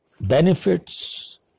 benefits